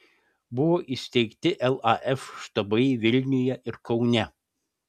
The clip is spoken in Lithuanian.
buvo įsteigti laf štabai vilniuje ir kaune